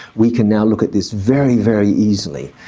we can now look at this very very easily.